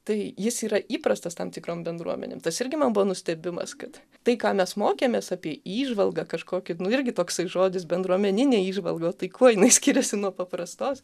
tai jis yra įprastas tam tikrom bendruomenėm tas irgi man buvo nustebimas kad tai ką mes mokėmės apie įžvalgą kažkokį nu irgi toksai žodis bendruomeninė įžvalga tai kuo jinai skiriasi nuo paprastos